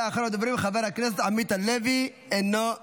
אחרון הדוברים, חבר הכנסת עמית הלוי, אינו נוכח.